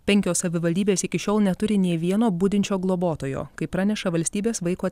penkios savivaldybės iki šiol neturi nė vieno budinčio globotojo kaip praneša valstybės vaiko